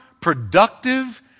productive